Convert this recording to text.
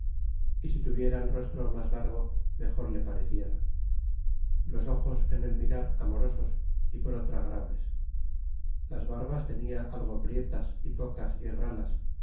alegre ysi tuviera el rostro mas largo mejor le pareciera los ojos en el mirar amorosos y por otra graves la barbas tenia algo prietas y pocas y ralas